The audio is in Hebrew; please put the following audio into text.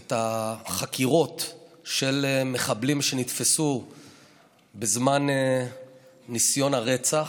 את החקירות של מחבלים שנתפסו בזמן ניסיון הרצח,